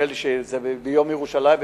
נדמה לי שזה ביום ירושלים,